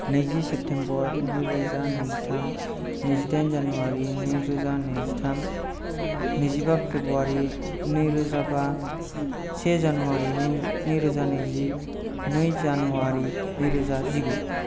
नैजि सेप्तेम्बर नै रोजा नैजिथाम नैजिदाइन जानुवारि नै रोजा नैजिथाम नैजिबा फेब्रुवारि नैरोजा बा से जानुवारि नै नैरोजा नैजि नै जानुवारि नैरोजा जिगु